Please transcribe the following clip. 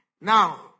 Now